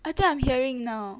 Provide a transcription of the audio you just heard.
I think I'm hearing now